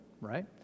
right